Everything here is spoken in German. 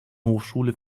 hochschule